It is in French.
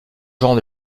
genres